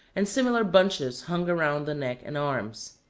and similar bunches hung around the neck and arms.